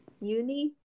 uni